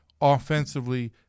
offensively